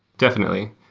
definitely.